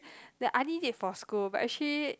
that I need it for school but actually